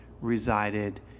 resided